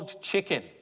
chicken